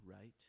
right